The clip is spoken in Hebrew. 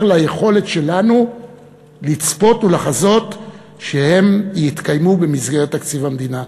ליכולת שלנו לצפות ולחזות שהן יתקיימו במסגרת תקציב המדינה.